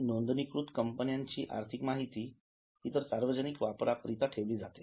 नोंदणीकृत कंपन्यांची आर्थिक माहिती सार्वजनिक वापराकरिता ठेवली जाते